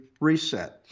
reset